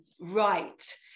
right